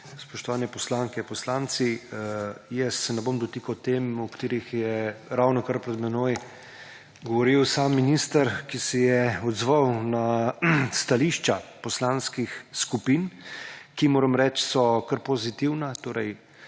spoštovane poslanke, poslanci! Ne bom se dotikal tem, o katerih je ravnokar pred menoj govoril sam minister, ki se je odzval na stališča poslanskih skupin, ki moram reči, so kar pozitivna, torej